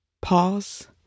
pause